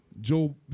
Joe